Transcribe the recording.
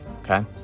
Okay